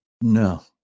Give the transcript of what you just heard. No